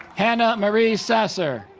hannah marie sasser